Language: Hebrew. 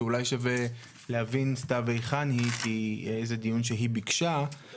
אני כן